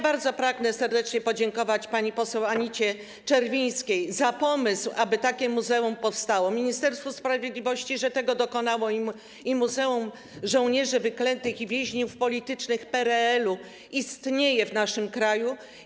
Bardzo serdecznie pragnę podziękować pani poseł Anicie Czerwińskiej za pomysł, aby takie muzeum powstało, Ministerstwu Sprawiedliwości za to, że tego dokonało i że Muzeum Żołnierzy Wyklętych i Więźniów Politycznych PRL istnieje w naszym kraju.